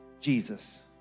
Jesus